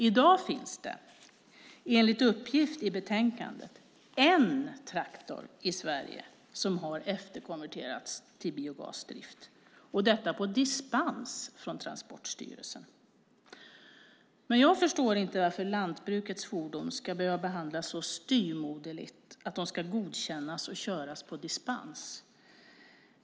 I dag finns det, enligt uppgift i betänkandet, en traktor i Sverige som har efterkonverterats till biogasdrift, detta på dispens från Transportstyrelsen. Jag förstår inte varför lantbrukets fordon ska behöva behandlas så styvmoderligt att de ska godkännas och köras på dispens.